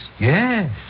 Yes